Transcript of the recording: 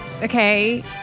Okay